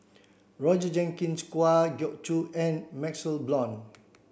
Roger Jenkins Kwa Geok Choo and MaxLe Blond